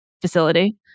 facility